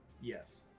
Yes